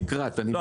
לקראת --- לא,